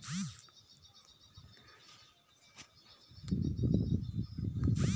फसल मे किसिम किसिम के बेमारी आथे तेखर दवई आये गईस हे